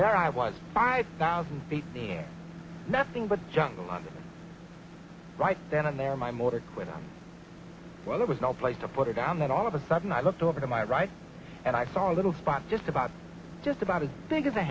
that i was five thousand feet here nothing but junk on right then and there my motor quit well there was no place to put it down that all of a sudden i looked over to my right and i saw a little spot just about just about as big as a